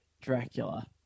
Dracula